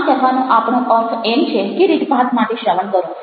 આમ કહેવાનો આપણો અર્થ એમ છે કે રીતભાત માટે શ્રવણ કરો